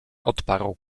odparł